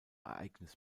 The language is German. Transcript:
ereignis